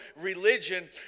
religion